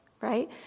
right